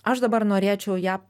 aš dabar norėčiau ją